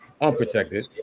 unprotected